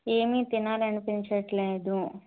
ఏమి తినాలి అనిపించట్లేదు